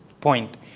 point